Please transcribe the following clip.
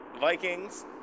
Vikings